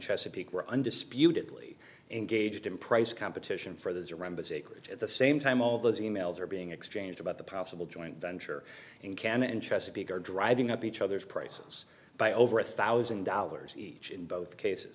chesapeake were undisputedly engaged in price competition for those around but secret at the same time all those e mails are being exchanged about the possible joint venture in cannes and chesapeake are driving up each other's prices by over a thousand dollars each in both cases